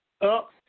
up